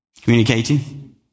Communicating